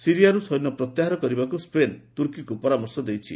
ସିରିଆରୁ ସୈନ୍ୟ ପ୍ରତ୍ୟାହାର କରିବାକୁ ସ୍ୱେନ୍ ତୁର୍କୀକୁ ପରାମର୍ଶ ଦେଇଛି